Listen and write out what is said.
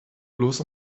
bloß